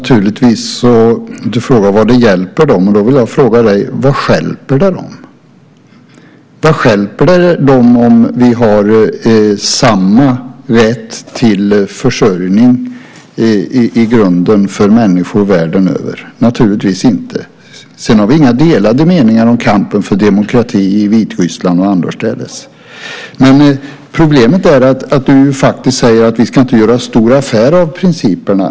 Fru talman! Du frågar: Vad hjälper det dem? Då vill jag fråga dig: Vad stjälper det dem? Vad stjälper det dem, om vi har samma rätt till försörjning i grunden för människor världen över? Naturligtvis inte. Sedan har vi inga delade meningar om kampen för demokrati i Vitryssland och annorstädes. Men problemet är att du ju faktiskt säger att vi inte ska göra någon stor affär av principerna.